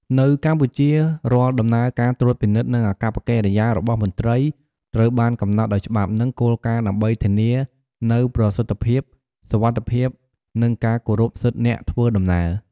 នៅកម្ពុជារាល់ដំណើរការត្រួតពិនិត្យនិងអាកប្បកិរិយារបស់មន្ត្រីត្រូវបានកំណត់ដោយច្បាប់និងគោលការណ៍ដើម្បីធានានូវប្រសិទ្ធភាពសុវត្ថិភាពនិងការគោរពសិទ្ធិអ្នកធ្វើដំណើរ។